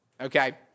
okay